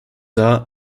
are